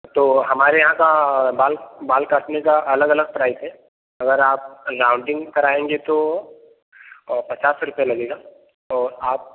तो हमारे यहाँ का बाल बाल काटने का अलग अलग प्राइस है अगर आप लाउंडिंग कराएँगे तो पचास सौ रुपए लगेगा और आप